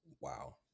Wow